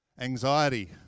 anxiety